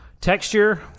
Texture